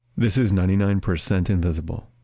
this is ninety nine percent invisible.